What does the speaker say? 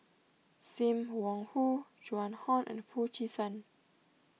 Sim Wong Hoo Joan Hon and Foo Chee San